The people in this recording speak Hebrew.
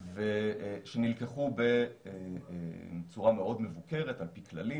שנלקחו בצורה מאוד מבוקרת, על-פי כללים.